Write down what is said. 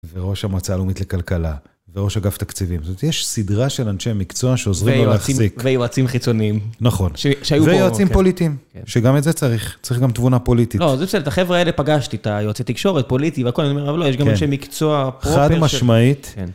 וראש המועצה הלאומית לכלכלה, וראש אגף תקציבים. זאת אומרת, יש סדרה של אנשי מקצוע שעוזרים לו להחזיק. ויועצים חיצוניים. נכון. ויועצים פוליטיים, שגם את זה צריך, צריך גם תבונה פוליטית. לא, זה בסדר, את החבר'ה האלה פגשתי את היועצי תקשורת, פוליטי והכול, אני אומר, אבל לא, יש גם אנשי מקצוע פרופר... חד משמעית.